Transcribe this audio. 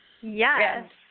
Yes